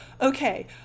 okay